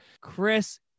Chris